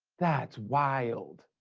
that's wild.